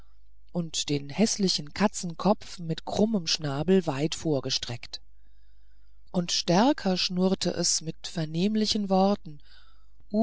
und den häßlichen katzenkopf mit krummem schnabel weit vorgestreckt und stärker schnurrte es mit vernehmlichen worten